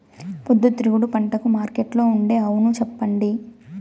పొద్దుతిరుగుడు పంటకు మార్కెట్లో ఉండే అవును చెప్పండి?